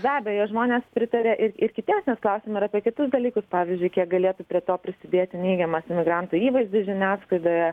be abejo žmonės pritaria ir ir kitiems nes klausėme ir apie kitus dalykus pavyzdžiui kiek galėtų prie to prisidėti neigiamas emigrantų įvaizdis žiniasklaidoje